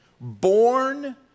born